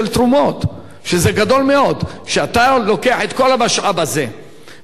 כשאתה לוקח את כל המשאב הזה ביחד עם המשרד,